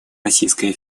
российская